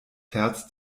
herz